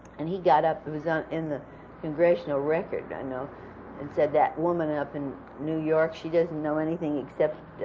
and he got up it was in the congressional record, i know and said, that woman up in new york, she doesn't know anything except